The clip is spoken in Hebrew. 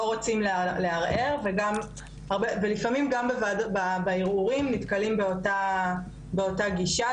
לא רוצים לערער ולפעמים גם בערעורים נתקלים באותה גישה,